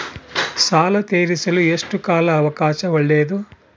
ಸಾಲ ತೇರಿಸಲು ಎಷ್ಟು ಕಾಲ ಅವಕಾಶ ಒಳ್ಳೆಯದು?